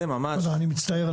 תודה רבה.